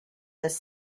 this